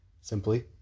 Simply